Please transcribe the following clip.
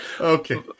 Okay